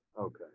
Okay